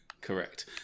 Correct